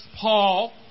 Paul